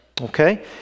okay